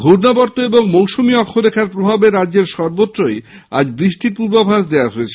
ঘূর্ণাবর্ত এবং মৌসুমী অক্ষরেখার প্রভাবে রাজ্যের সর্বত্রই আজ বৃষ্টির পূর্বাভাস দেওয়া হয়েছে